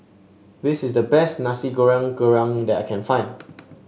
this is the best Nasi Goreng Kerang that I can find